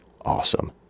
awesome